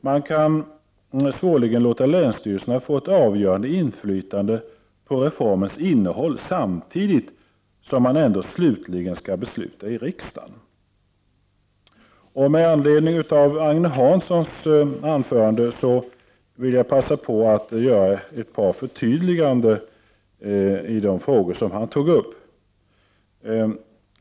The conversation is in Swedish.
Man kan svårligen låta länsstyrelserna få ett avgörande inflytande på reformens innehåll samtidigt som man ändå slutligen skall besluta i riksdagen. Jag vill med anledning av Agne Hanssons anförande passa på att göra ett par förtydliganden i de frågor han tog upp.